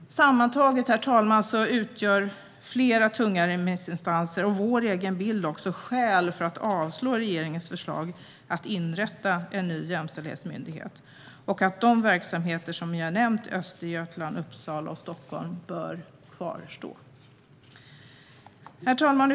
Sammantaget, herr talman, utgör flera tunga remissinstansers och vår egen bild skäl för att avslå regeringens förslag att inrätta en ny jämställdhetsmyndighet. De verksamheter i Östergötland, Uppsala och Stockholm som jag har nämnt bör kvarstå. Herr talman!